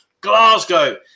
Glasgow